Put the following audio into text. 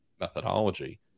methodology